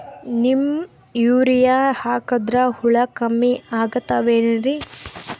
Neem urea ಹಾಕದ್ರ ಹುಳ ಕಮ್ಮಿ ಆಗತಾವೇನರಿ?